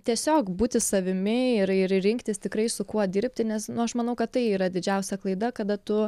tiesiog būti savimi ir ir rinktis tikrai su kuo dirbti nes nu aš manau kad tai yra didžiausia klaida kada tu